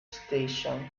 station